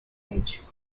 age